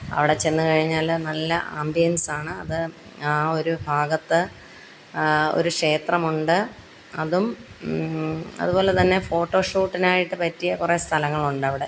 അവിടെച്ചെന്നു കഴിഞ്ഞാല് നല്ല ആമ്പ്യൻസാണ് അത് ആ ഒരു ഭാഗത്ത് ഒരു ക്ഷേത്രമുണ്ട് അതും അതുപോലെ തന്നെ ഫോട്ടോ ഷൂട്ടിനായിട്ട് പറ്റിയ കുറെ സ്ഥലങ്ങളുണ്ടവിടെ